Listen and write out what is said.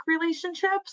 relationships